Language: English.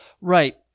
right